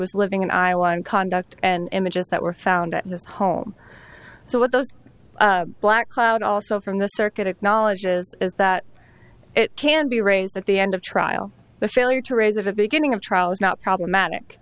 was living in iowa and conduct and images that were found in this home so what those black cloud also from the circuit acknowledges is that it can be raised at the end of trial the failure to raise of a beginning of trial is not problematic